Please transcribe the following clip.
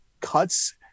cuts